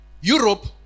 Europe